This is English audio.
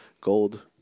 Gold